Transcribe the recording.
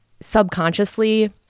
subconsciously